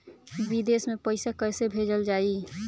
विदेश में पईसा कैसे भेजल जाई?